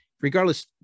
regardless